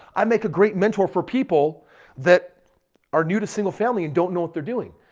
i make a great mentor for people that are new to single-family and don't know what they're doing.